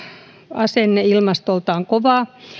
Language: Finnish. asenneilmastoltaan kovaa